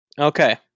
Okay